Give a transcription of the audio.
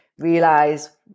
realize